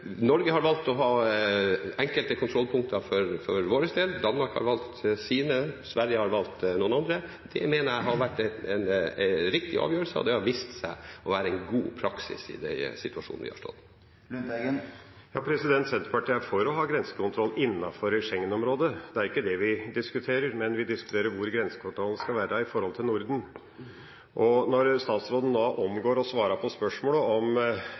Norge har valgt å ha enkelte kontrollpunkter for vår del, Danmark har valgt sine, og Sverige har valgt noen andre. Det mener jeg har vært en riktig avgjørelse og har vist seg å være en god praksis i den situasjonen vi har stått i. Senterpartiet er for å ha grensekontroll innenfor Schengen-området. Det er ikke det vi diskuterer. Vi diskuterer hvor grensekontrollen skal være når det gjelder Norden. Når statsråden da omgår å svare på spørsmålet om